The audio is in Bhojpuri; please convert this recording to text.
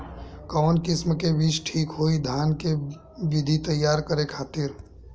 कवन किस्म के बीज ठीक होई धान के बिछी तैयार करे खातिर?